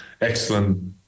excellent